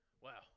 Wow